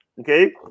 Okay